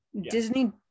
disney